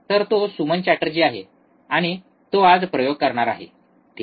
तर तो सुमन चॅटर्जी आहे आणि तो आज प्रयोग करणार आहे ठीक आहे